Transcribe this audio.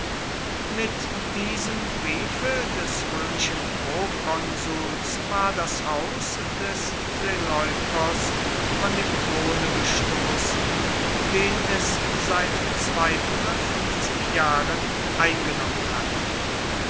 mit diesem briefe des römischen prokonsuls war das haus des seleukos von dem throne gestoßen den es seit zweihundertfünfzig jahren eingenommen hatte